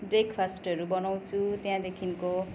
ब्रेकफास्टहरू बनाउँछु त्यहाँदेखिको